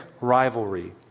rivalry